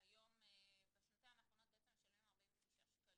בשנתיים האחרונות משלמים 49 שקלים,